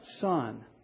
son